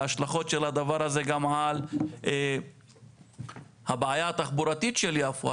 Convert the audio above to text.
וההשלכות של הדבר הזה גם על הבעיה התחבורתית של יפו.